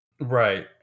Right